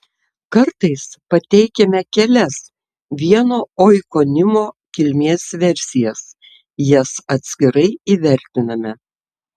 kartais pateikiame kelias vieno oikonimo kilmės versijas jas atskirai įvertiname